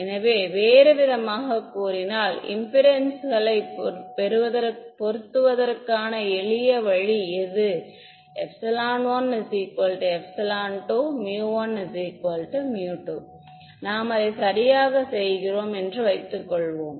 எனவே வேறுவிதமாகக் கூறினால் இம்பெடென்சஸ்களை பொருத்துவதற்கான எளிய வழி எது 12 1 2நாம் அதைச் சரியாகச் செய்கிறோம் என்று வைத்துக்கொள்வோம்